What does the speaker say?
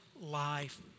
life